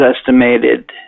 estimated